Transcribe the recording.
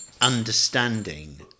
understanding